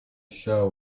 show